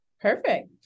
Perfect